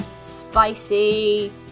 Spicy